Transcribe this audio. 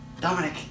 Dominic